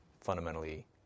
fundamentally